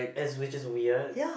as which is weird